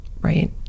right